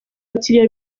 abakiliya